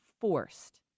forced